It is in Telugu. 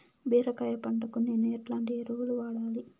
బీరకాయ పంటకు నేను ఎట్లాంటి ఎరువులు వాడాలి?